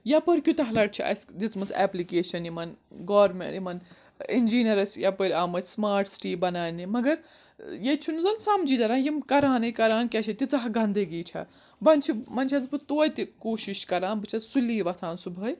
یَپٲرۍ کیوٗتاہ لَٹہِ چھِ اَسہِ دِژمٕژ ایٚپلِکیشَن یِمَن گورمنٹ یِمَن اِنجیٖنرس یَپٲرۍ آمٕتۍ سماٹ سِٹی بَناونہِ مگر ییٚتہِ چھُ نہٕ زَن سَمجی دتران یِم کَرانٕے کَران کی چھِ تیٖژاہ گنٛدگی چھےٚ وۄَنۍ چھِ وۄَنۍ چھَس بہٕ توتہِ کوٗشِش کَران بہٕ چھَس سُلی وۄتھان صُبحٲے